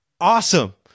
awesome